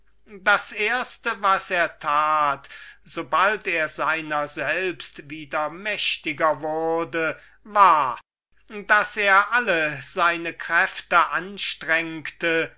das erste was er tat sobald er seiner selbst wieder mächtiger wurde war daß er alle seine kräfte anstrengte